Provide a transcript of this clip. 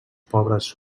pobres